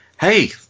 hey